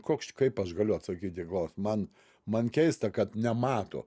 koks čia kaip aš galiu atsakyt į klaus man man keista kad nemato